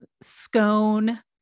scone